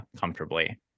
comfortably